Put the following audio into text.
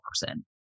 person